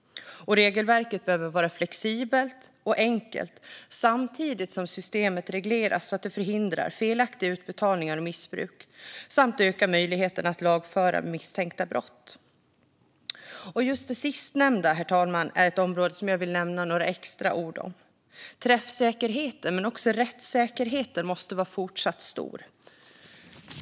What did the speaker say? Regelverket behöver vara flexibelt och enkelt, samtidigt som systemet regleras så att det förhindrar felaktiga utbetalningar och missbruk samt ökar möjligheten att lagföra misstänkta brott. Just det sistnämnda, herr talman, är ett område som jag vill säga några extra ord om. Träffsäkerheten, men också rättssäkerheten, måste vara fortsatt stor.